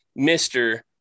Mr